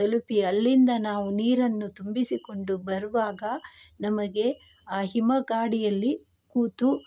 ತಲುಪಿ ಅಲ್ಲಿಂದ ನಾವು ನೀರನ್ನು ತುಂಬಿಸಿಕೊಂಡು ಬರುವಾಗ ನಮಗೆ ಆ ಹಿಮಗಾಡಿಯಲ್ಲಿ ಕೂತು